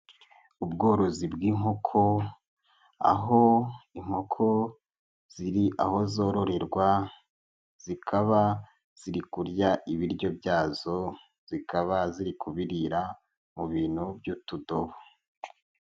Ubworozi bw'inkoko aho inkoko ziri aho zororerwa, zikaba ziri kurya ibiryo byazo, zikaba ziri kubirira mu bintu by'utudobo.